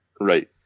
Right